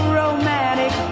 romantic